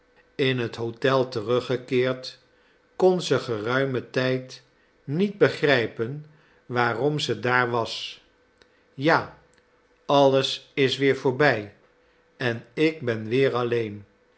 in het hotel teruggekeerd kon ze geruimen tijd niet begrijpen waarom ze daar was ja alles is weer voorbij en ik ben weer alleen